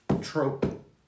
trope